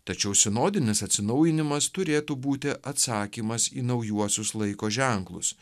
tačiau sinodinis atsinaujinimas turėtų būti atsakymas į naujuosius laiko ženklus